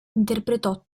interpretò